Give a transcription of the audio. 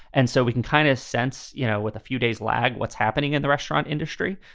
and so we can kind of sense, you know, with a few days lag what's happening in the restaurant industry.